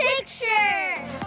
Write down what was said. picture